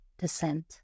descent